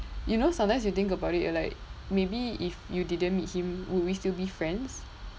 you know sometimes you think about it like maybe if you didn't meet him would we still be friends